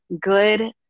good